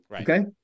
Okay